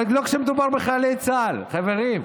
אבל לא כשמדובר בחיילי צה"ל, חברים,